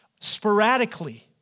sporadically